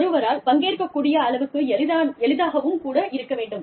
ஒருவரால் பங்கேற்கக் கூடிய அளவுக்கு எளிதாகவும் கூட இருக்க வேண்டும்